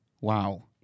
wow